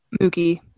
Mookie